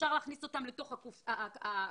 אפשר להכניס אותם לתוך הקופסאות